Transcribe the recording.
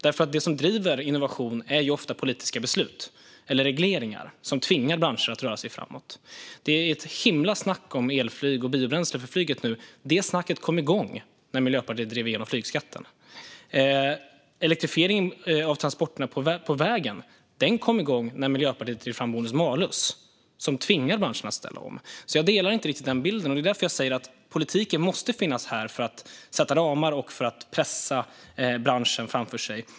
Det som driver innovation är ofta politiska beslut eller regleringar som tvingar branscher att röra sig framåt. Det är ett himla snack om elflyg och biobränsle för flyget just nu. Detta snack kom igång när Miljöpartiet drev igenom flygskatten. Elektrifieringen av transporter på väg kom igång när Miljöpartiet drev fram bonus-malus, som tvingade branscher att ställa om. Jag delar alltså inte Mikael Larssons bild, och det är därför jag säger att politiken måste finnas på plats för att sätta ramar och pressa branscher framför sig.